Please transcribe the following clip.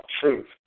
truth